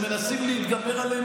שמנסים להתגבר עליהן